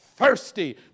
thirsty